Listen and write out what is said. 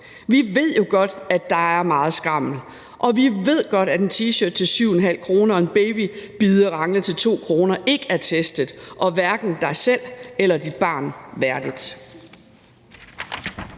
Vi ved jo godt, at der er meget skrammel, og vi ved godt, at en T-shirt til 7,50 kr. og en babybiderangle til 2 kr. ikke er testet og hverken dig selv eller dit barn værdigt.